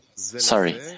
Sorry